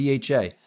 DHA